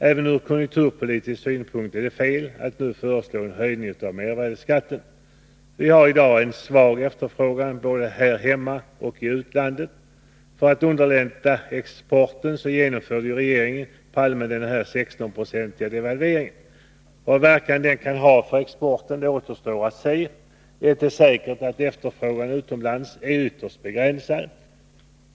Även från konjunkturpolitisk synpunkt är det felaktigt att nu föreslå en höjning av mervärdeskatten. Vi har i dag en svag efterfrågan både här hemma och i utlandet. För att underlätta exporten genomförde regeringen Palme den 16-procentiga devalveringen. Vilken verkan den kan ha för exporten återstår att se. Ett är säkert: Efterfrågan utomlands är ytterst begränsad.